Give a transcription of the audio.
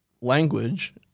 language